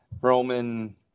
Roman